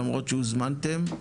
למרות שהוזמנתם.